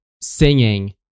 singing